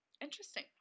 Interesting